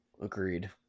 Agreed